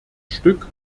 stück